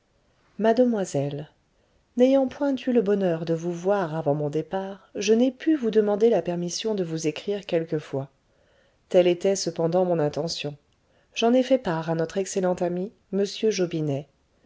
mademoiselle n'ayant point eu le bonheur de vous voir avant mon départ je n'ai pu vous demander la permission de vous écrire quelquefois telle était cependant mon intention j'en ai fait part à notre excellent ami m jobinet